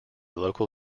local